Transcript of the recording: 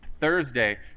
Thursday